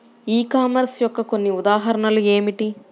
ఈ కామర్స్ యొక్క కొన్ని ఉదాహరణలు ఏమిటి?